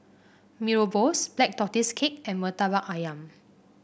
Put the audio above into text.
Mee Rebus Black Tortoise Cake and Murtabak ayam